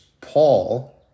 Paul